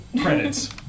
Credits